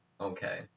Okay